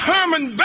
Herman